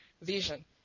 vision